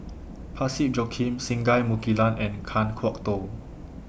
Parsick Joaquim Singai Mukilan and Kan Kwok Toh